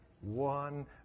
One